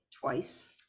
twice